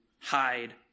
hide